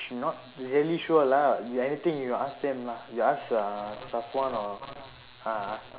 she not really sure lah if anything you ask them lah you ask uh or uh uh